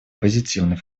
позитивный